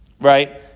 right